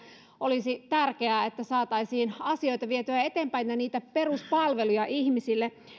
olisi tärkeää että saataisiin asioita vietyä eteenpäin ja niitä peruspalveluja ihmisille